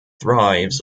thrives